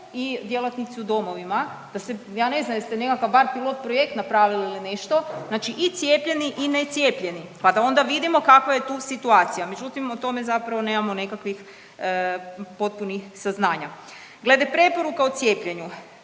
i djelatnici u domovima, ja ne znam jeste nekakav bar pilot projekt napravili ili nešto, znači i cijepljeni i necijepljeni pa da onda vidimo kakva je tu situacija. Međutim, o tome zapravo nemamo nekakvih potpunih saznanja. Glede preporuka o cijepljenu,